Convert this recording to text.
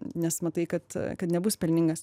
nes matai kad kad nebus pelningas